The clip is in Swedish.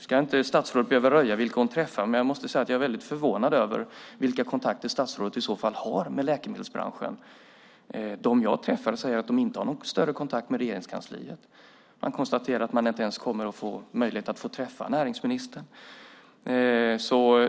Statsrådet ska inte behöva röja vilka hon träffar, men jag måste säga att jag är väldigt förvånad över vilka kontakter statsrådet i så fall har med läkemedelsbranschen. Dem jag träffar säger att de inte har någon större kontakt med Regeringskansliet. Man konstaterar att man inte ens kommer att få möjlighet att träffa näringsministern.